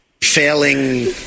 Failing